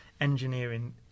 engineering